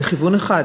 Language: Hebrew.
לכיוון אחד,